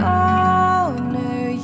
honor